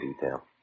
Detail